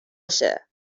بشه